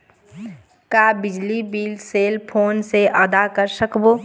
का बिजली bill cell phone से आदा कर सकबो?